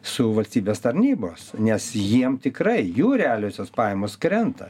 su valstybės tarnybos nes jiem tikrai jų realiosios pajamos krenta